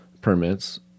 permits